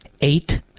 Eight